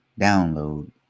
Download